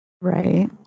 Right